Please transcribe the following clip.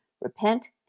Repent